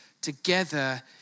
together